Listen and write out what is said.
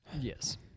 Yes